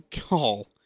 call